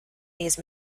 these